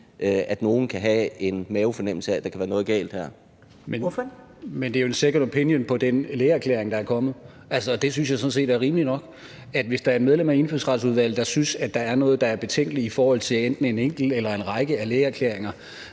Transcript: næstformand (Karen Ellemann): Ordføreren. Kl. 11:35 Martin Geertsen (V): Men det er jo en second opinion på den lægeerklæring, der er kommet, og det synes jeg sådan set er rimeligt nok. Altså, hvis der er et medlem af Indfødsretsudvalget, der synes, at der er noget, der er betænkeligt forhold til enten en enkelt eller en række af lægeerklæringerne,